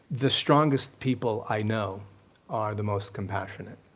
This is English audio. the strongest people i know are the most compassionate.